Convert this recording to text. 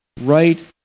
right